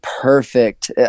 perfect